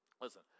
Listen